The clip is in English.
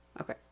Okay